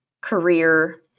career